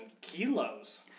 kilos